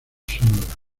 sonora